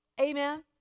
Amen